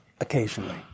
Occasionally